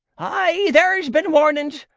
ay, there's been warnings.